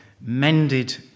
mended